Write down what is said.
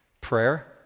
Prayer